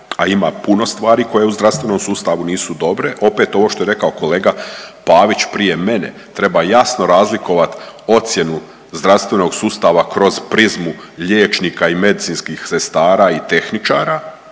a ima puno stvari koje u zdravstvenom sustavu nisu dobre. Opet ovo što je rekao Pavić prije mene treba jasno razlikovati ocjenu zdravstvenog sustava kroz prizmu liječnika i medicinskih sestara i tehničara